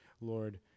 Lord